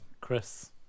Chris